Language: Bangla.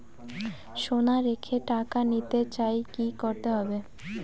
সোনা রেখে টাকা নিতে চাই কি করতে হবে?